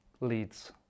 leads